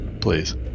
Please